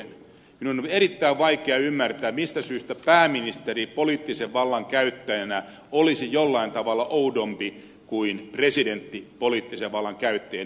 minun on erittäin vaikea ymmärtää mistä syystä pääministeri poliittisen vallan käyttäjänä olisi jollain tavalla oudompi kuin presidentti poliittisen vallan käyttäjänä ihan instituutiona